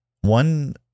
One